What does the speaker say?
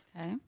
Okay